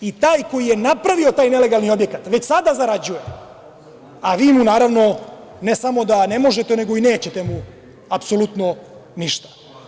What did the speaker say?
I taj koji je napravio taj nelegalni objekat, već sada zarađuje, a vi mu, naravno, ne samo da ne možete nego i nećete mu apsolutno ništa.